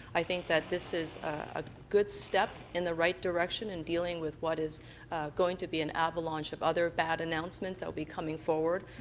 i think that this is a good step in the right direction in dealing with what is going to be an avalanche of other bad announcements that will be coming forward.